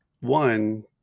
one